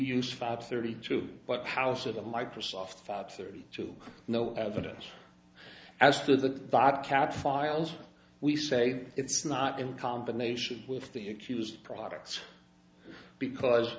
use five thirty two but house of the microsoft thirty two no evidence as to the dot kept files we say it's not in combination with the accused products because